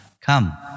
come